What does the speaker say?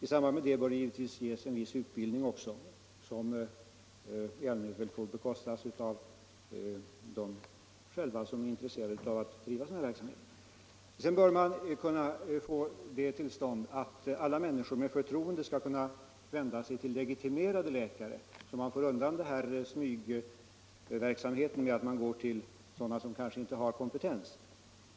I samband härmed bör man givetvis också ge en viss utbildning, som väl i allmänhet får bekostas av den som är intresserad av att driva en sådan verksamhet. Vidare bör man försöka komma dithän att alla människor med förtroende kan vända sig till legitimerade läkare, så att man kan undvika att sjuka människor vänder sig till personer som inte har kompetens.